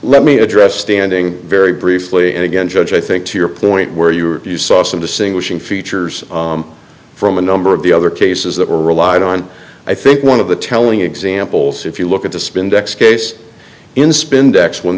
let me address standing very briefly and again judge i think to your point where you were you saw some distinguishing features from a number of the other cases that were relied on i think one of the telling examples if you look at the spin decks